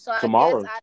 Tomorrow